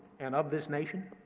and of this nation,